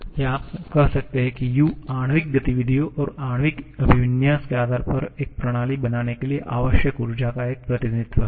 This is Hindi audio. या आप कह सकते हैं कि U आणविक गतिविधियों और आणविक अभिविन्यास के आधार पर एक प्रणाली बनाने के लिए आवश्यक ऊर्जा का एक प्रतिनिधि है